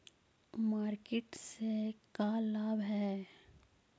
Market से का लाभ है?